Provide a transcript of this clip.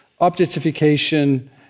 objectification